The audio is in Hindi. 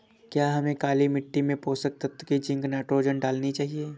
क्या हमें काली मिट्टी में पोषक तत्व की जिंक नाइट्रोजन डालनी चाहिए?